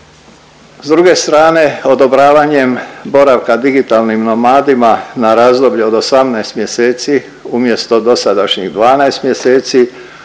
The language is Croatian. S druge strane odobravanjem boravka digitalnim nomadima na razdoblje od 18 mjeseci umjesto dosadašnjih 12 mjeseci,